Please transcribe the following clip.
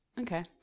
Okay